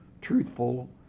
truthful